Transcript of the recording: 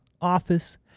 office